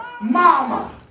mama